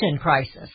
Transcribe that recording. crisis